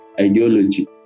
ideology